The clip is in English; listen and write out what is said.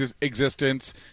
existence